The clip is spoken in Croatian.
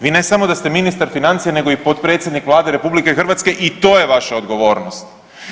Vi ne samo da ste ministar financija, nego i potpredsjednik Vlade RH i to je vaša odgovornost.